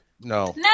No